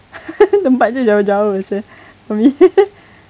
tempat itu jauh jauh seh for me